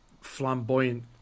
flamboyant